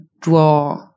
draw